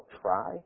try